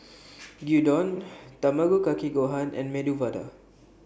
Gyudon Tamago Kake Gohan and Medu Vada